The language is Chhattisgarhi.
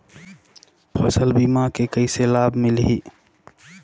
फसल बीमा के कइसे लाभ मिलही?